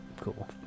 cool